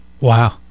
Wow